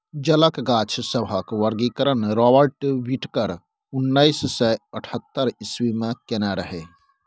जलक गाछ सभक वर्गीकरण राबर्ट बिटकर उन्नैस सय अठहत्तर इस्वी मे केने रहय